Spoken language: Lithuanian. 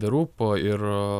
the roop ir